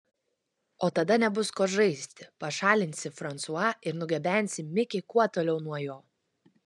o tada nebus ko žaisti pašalinsi fransua ir nugabensi mikį kuo toliau nuo jo